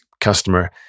customer